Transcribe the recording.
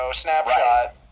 snapshot